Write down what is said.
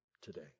today